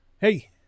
Hey